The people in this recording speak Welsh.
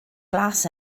glas